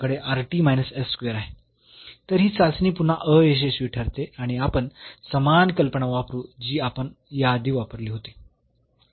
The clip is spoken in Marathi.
आणि आधीच्या प्रकरणाप्रमाणे आपल्याकडे आहे तर ही चाचणी पुन्हा अयशस्वी ठरते आणि आपण समान कल्पना वापरू जी आपण याआधी वापरली होती